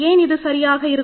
ஏன் இது சரியாக இருக்கும்